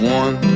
one